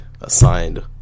assigned